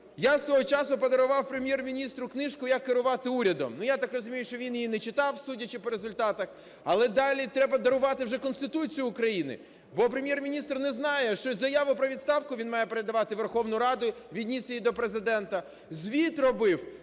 Я свого часу подарував Прем'єр-міністру книжку "Як керувати урядом". Ну, я так розумію, що він її не читав, судячи по результатах. Але далі треба дарувати вже Конституцію України, бо Прем'єр-міністр не знає, що заяву про відставку він має передавати у Верховну Раду – відніс її до Президента, звіт робив